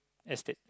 estate